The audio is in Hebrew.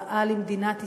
רעה למדינת ישראל.